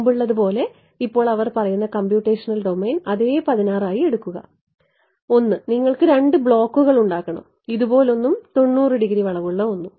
മുമ്പുള്ളതുപോലെ ഇപ്പോൾ അവർ പറയുന്ന കമ്പ്യൂട്ടേഷണൽ ഡൊമെയ്ൻ അതേ 16 ആയി എടുക്കുക 1 നിങ്ങൾ രണ്ട് ബ്ലോക്കുകൾ ഉണ്ടാക്കണം ഇതുപോലൊന്നും 90 ഡിഗ്രി വളവുള്ള ഒന്നും